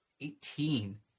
eighteen